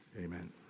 amen